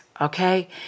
okay